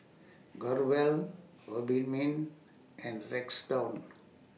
Growell Obimin and